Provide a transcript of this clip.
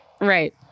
Right